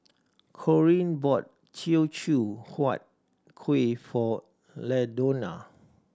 Corene bought Teochew Huat Kuih for Ladonna